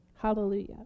Hallelujah